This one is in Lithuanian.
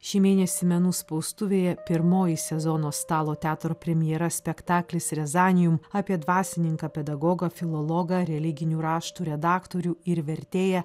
šį mėnesį menų spaustuvėje pirmoji sezono stalo teatro premjera spektaklis rezanijum apie dvasininką pedagogą filologą religinių raštų redaktorių ir vertėją